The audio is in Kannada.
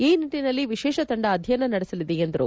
ಈ ನಿಟ್ಟಿನಲ್ಲಿ ವಿಶೇಷ ತಂಡ ಅಧ್ಯಯನ ನಡೆಸಲಿದೆ ಎಂದರು